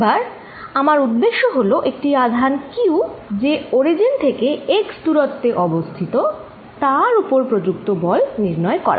এবার আমার উদ্দেশ্য হল একটি আধান q যে অরিজিন থেকেx দূরত্বে অবস্থিত তার উপর প্রযুক্ত বল নির্ণয় করা